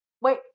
Wait